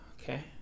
Okay